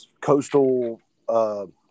coastal